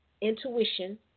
intuition